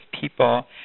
people